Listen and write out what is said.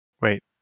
Wait